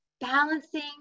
balancing